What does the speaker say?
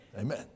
Amen